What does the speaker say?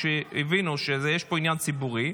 כשהם הבינו שיש פה עניין ציבורי,